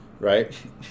Right